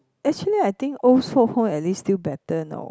actually I think old folks home at least still better know